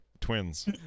Twins